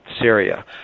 Syria